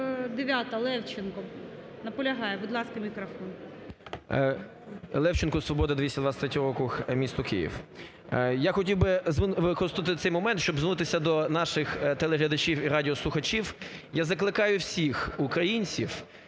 Левченко, "Свобода", 223-й округ, місто Київ. Я хотів би використати цей момент, щоб звернутися до наших телеглядачів і радіослухачів. Я закликаю всіх українців